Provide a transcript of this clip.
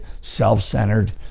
self-centered